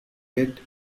kit